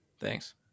Thanks